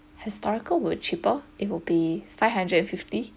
historical would cheaper it will be five hundred and fifty